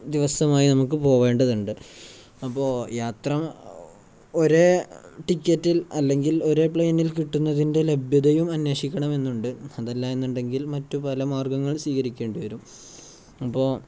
ദിവസമായി നമുക്ക് പോവേണ്ടതുണ്ട് അപ്പോള് യാത്ര ഒരേ ടിക്കറ്റിൽ അല്ലെങ്കിൽ ഒരേ പ്ലെയിനിൽ കിട്ടുന്നതിൻ്റെ ലഭ്യതയും അന്വേഷിക്കണമെന്നുണ്ട് അതല്ല എന്നുണ്ടെങ്കിൽ മറ്റു പല മാർഗ്ഗങ്ങൾ സ്വകരിക്കേണ്ടി വരും അപ്പോള്